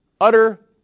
utter